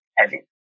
heavy